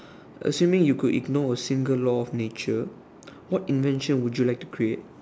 assuming you could ignore a single law of nature what invention would you like to create